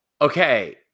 Okay